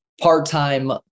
part-time